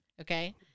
okay